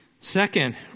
Second